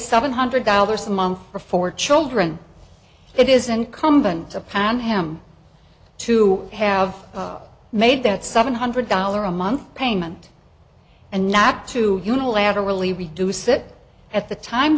seven hundred dollars a month for four children it is incumbent upon him to have made that seven hundred dollar a month payment and not to unilaterally reduce it at the time